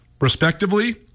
respectively